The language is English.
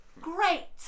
Great